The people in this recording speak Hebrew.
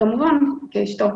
כמובן כאשתו.